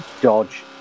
Dodge